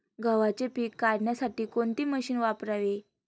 गव्हाचे पीक काढण्यासाठी कोणते मशीन वापरावे?